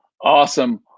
Awesome